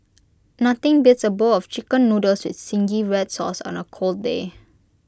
nothing beats A bowl of Chicken Noodles with Zingy Red Sauce on A cold day